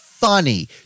Funny